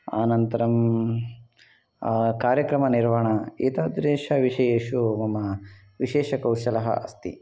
अनन्तरं कार्यक्रमनिर्वाहणम् एतादृशः विषयेषु मम विशेषकौशलः अस्ति